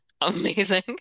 amazing